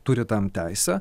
turi tam teisę